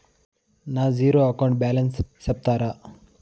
నా zero account balance సెప్తారా?